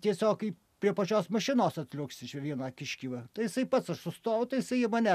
tiesiog kaip prie pačios mašinos atliuoksi čia vieną kiškį va tai jisai pats aš sustojau tai jisai į mane